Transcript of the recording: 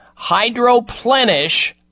Hydroplenish